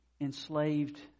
enslaved